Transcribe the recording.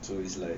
so it's like